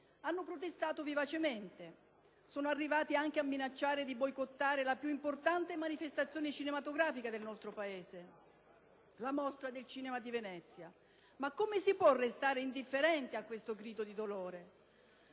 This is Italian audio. hanno protestato vivacemente. Sono arrivati anche a minacciare di boicottare la più importante manifestazione cinematografica del nostro Paese: la Mostra del cinema di Venezia. Come si può restare indifferenti a questo grido di dolore?